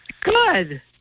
Good